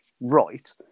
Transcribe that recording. right